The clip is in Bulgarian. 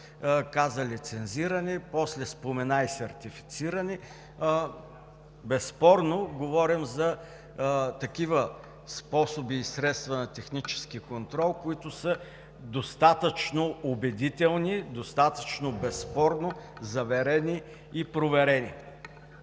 каза „лицензирани“, после спомена и „сертифицирани“, безспорно говорим за такива способи и средства на технически контрол, които са достатъчно убедителни, достатъчно безспорно заверени и проверени.